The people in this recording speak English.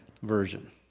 Version